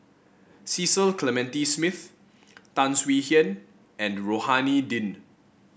Cecil Clementi Smith Tan Swie Hian and Rohani Din